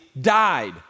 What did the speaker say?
died